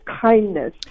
kindness